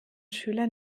schüler